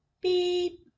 beep